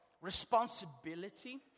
responsibility